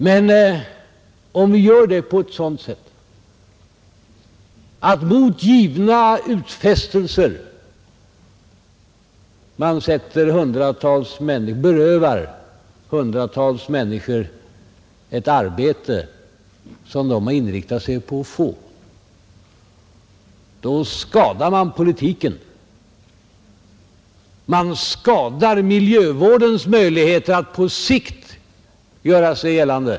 Men om vi gör det på ett sådant sätt att man mot givna utfästelser berövar hundratals människor ett arbete som de har inriktat sig på att få, då skadar man politiken, Man skadar miljövårdens möjligheter att på sikt göra sig gällande.